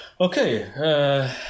okay